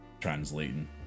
translating